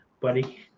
buddy